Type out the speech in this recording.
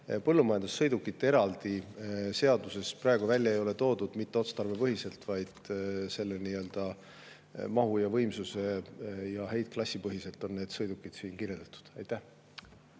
Põllumajandussõidukit eraldi seaduses praegu välja ei ole toodud. Mitte otstarbepõhiselt, vaid mahu-, võimsuse- ja heitklassipõhiselt on need sõidukid siin [toodud]. Aitäh!